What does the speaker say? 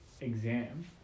Exam